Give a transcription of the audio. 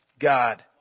God